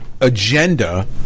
agenda